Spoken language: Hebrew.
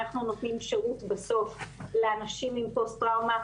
אנחנו נותנים שירות בסוף לאנשים עם פוסט-טראומה,